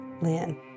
Lynn